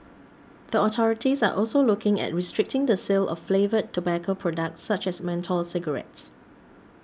the authorities are also looking at restricting the sale of flavoured tobacco products such as menthol cigarettes